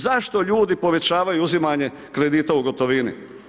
Zašto ljudi povećavaju uzimanje kredita u gotovini?